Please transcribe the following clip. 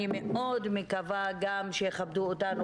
אני מאוד מקווה גם שיכבדו אותנו